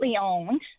owned